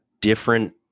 different